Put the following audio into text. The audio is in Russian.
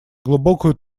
глубокую